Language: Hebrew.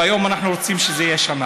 והיום אנחנו רוצים שזה יהיה שנה.